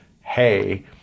hey